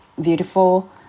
Beautiful